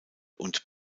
und